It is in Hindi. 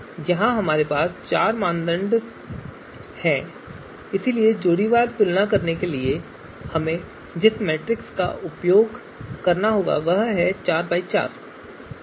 यहां हमारे पास चार मानदंड हैं इसलिए जोड़ीवार तुलना के लिए हमें जिस मैट्रिक्स की आवश्यकता होगी वह 4x4 है